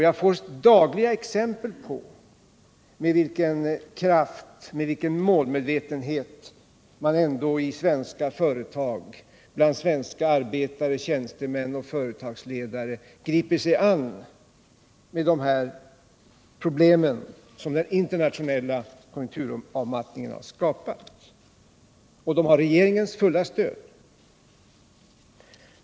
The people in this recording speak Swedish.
Jag får dagligen exempel på med vilken kraft, med vilken målmedvetenhet man ändå i svenska företag, bland svenska arbetare, tjänstemän och företagsledare, griper sig an med dessa problem som den internationella konjunkturavmattningen har skapat. Och de har regeringens fulla stöd.